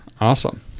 Awesome